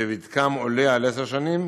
שהוותק שלהם עולה על עשר שנים